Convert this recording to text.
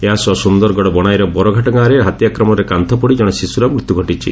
ଏହାସହ ସୁନ୍ଦରଗଡ଼ ବଶାଇର ବରଘାଟ ଗାଁରେ ହାତୀ ଆକ୍ରମଣରେ କାନୁପଡ଼ି ଜଣେ ଶିଶୁର ମୃତ୍ୟୁ ଘଟିଛି